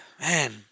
man